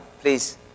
please